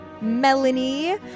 Melanie